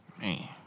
Man